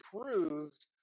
approved